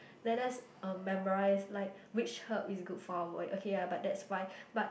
let us uh memorise like which herb is good for our okay ya but that's fine but